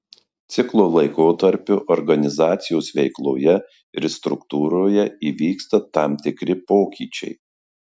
ciklo laikotarpiu organizacijos veikloje ir struktūroje įvyksta tam tikri pokyčiai